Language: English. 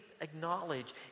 acknowledge